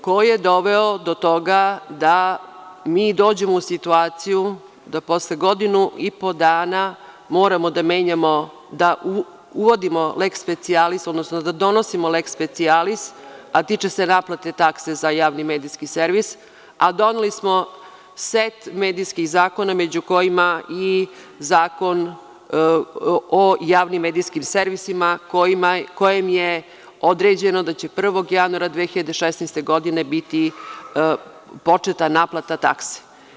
Ko je doveo do toga da mi dođemo u situaciju da posle godinu i po dana moramo da uvodimo lex specialis, odnosno da donosimo lex specialis, a tiče se naplate takse za javni medijski servis, a doneli smo set medijskih zakona među kojima i Zakon o javnim medijskim servisima, kojim je određeno da će 1. januara 2016. godine biti početa naplata takse?